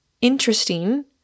interesting